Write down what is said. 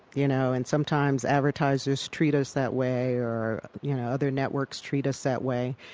you know and sometimes advertisers treat us that way, or you know other networks treat us that way.